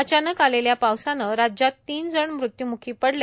अचानक आलेल्या पावसानं राज्यात तीन जण मृत्य्म्खी पडले